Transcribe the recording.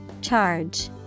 Charge